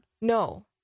No